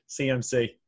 CMC